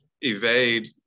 evade